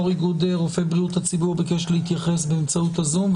יו"ר איגוד רופאי בריאות הציבור ביקש להתייחס באמצעות הזום,